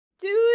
Dude